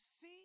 see